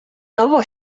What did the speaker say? nowo